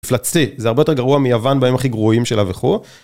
מפלצתי, זה הרבה יותר גרוע מיוון בהם הכי גרועים שלה וכו'.